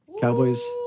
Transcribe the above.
Cowboys